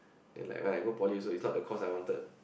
and like when I go poly also is not the course I wanted